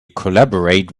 collaborate